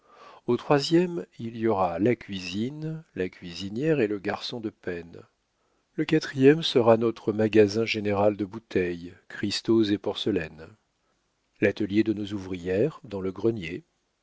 au troisième il y aura la cuisine la cuisinière et le garçon de peine le quatrième sera notre magasin général de bouteilles cristaux et porcelaines l'atelier de nos ouvrières dans le grenier